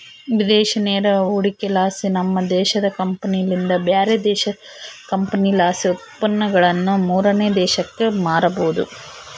ವಿದೇಶಿ ನೇರ ಹೂಡಿಕೆಲಾಸಿ, ನಮ್ಮ ದೇಶದ ಕಂಪನಿಲಿಂದ ಬ್ಯಾರೆ ದೇಶದ ಕಂಪನಿಲಾಸಿ ಉತ್ಪನ್ನಗುಳನ್ನ ಮೂರನೇ ದೇಶಕ್ಕ ಮಾರಬೊದು